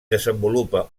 desenvolupa